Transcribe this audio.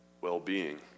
well-being